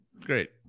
great